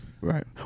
Right